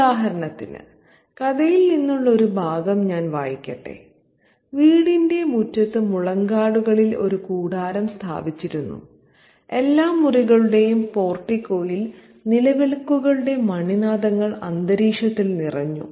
ഉദാഹരണത്തിന് കഥയിൽ നിന്നുള്ള ഒരു ഭാഗം ഞാൻ വായിക്കട്ടെ "വീടിന്റെ മുറ്റത്ത് മുളങ്കാടുകളിൽ ഒരു കൂടാരം സ്ഥാപിച്ചിരുന്നു എല്ലാ മുറികളുടെയും പോർട്ടിക്കോയിൽ നിലവിളക്കുകളുടെ മണിനാദങ്ങൾ അന്തരീക്ഷത്തിൽ നിറഞ്ഞു